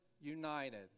united